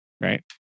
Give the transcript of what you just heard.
Right